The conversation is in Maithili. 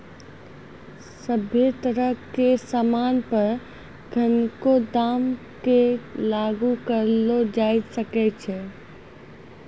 सभ्भे तरह के सामान पर एखनको दाम क लागू करलो जाय सकै छै